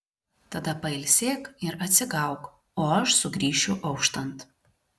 tada pailsėk ir atsigauk o aš sugrįšiu auštant